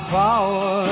power